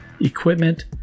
equipment